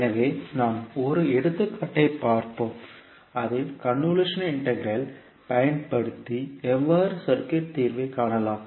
எனவே நாம் ஒரு எடுத்துக்காட்டைப் பார்ப்போம் அதில் கன்வொல்யூஷன் இன்டெக்ரல் பயன்படுத்தி எவ்வாறு சர்க்யூட்டை தீர்வை காணலாம்